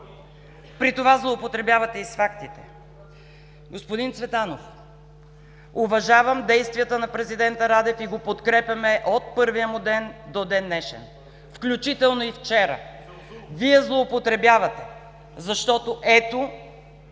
При това злоупотребявате и с фактите! Господин Цветанов, уважавам действията на президента Радев и го подкрепяме от първия му ден до ден-днешен, включително и вчера. Вие злоупотребявате, защото, ето,